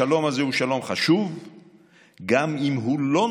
השלום הזה הוא שלום חשוב גם אם הוא איננו